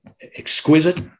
exquisite